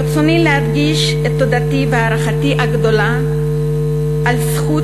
ברצוני להדגיש את תודתי והערכתי הגדולה על הזכות